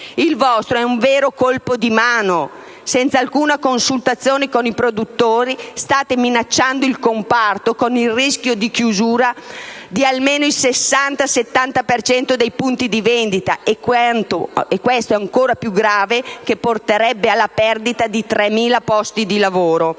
Il vostro è un vero colpo di mano: senza alcuna consultazione con i produttori state minacciando il comparto, con il rischio chiusura di almeno il 60-70 per cento dei punti vendita che - e questo è ancora più grave - porterebbe a perdere più di 3.000 posti di lavoro.